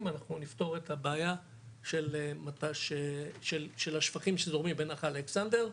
אנחנו נפתור את הבעיה של השפכים אשר זורמים לנחל אלכסנדר.